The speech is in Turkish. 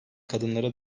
kadınlara